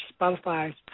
Spotify